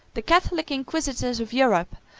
the catholic inquisitors of europe,